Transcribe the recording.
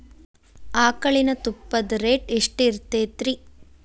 ಆಕಳಿನ ತುಪ್ಪದ ರೇಟ್ ಎಷ್ಟು ಇರತೇತಿ ರಿ?